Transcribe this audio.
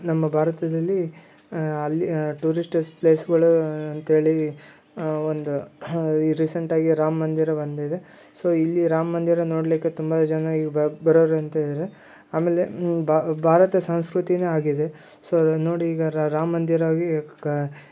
ನಮ್ಮ ಭಾರತದಲ್ಲಿ ಅಲ್ಲಿ ಟೂರಿಶ್ಟಸ್ ಪ್ಲೇಸ್ಗಳು ಅಂತೇಳಿ ಒಂದು ಈ ರೀಸೆಂಟಾಗಿ ರಾಮಮಂದಿರ ಒಂದಿದೆ ಸೋ ಇಲ್ಲಿ ರಾಮಮಂದಿರ ನೋಡಲಿಕ್ಕೆ ತುಂಬ ಜನ ಈಗ ಬರೋರು ಅಂತ ಇದ್ದಾರೆ ಆಮೇಲೆ ಭಾರತ ಸಂಸ್ಕೃತಿಯೇ ಆಗಿದೆ ಸೋ ನೋಡಿ ಈಗ ರಾಮಮಂದಿರ ಆಗಿ ಕಾ